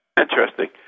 Interesting